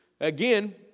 Again